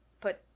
put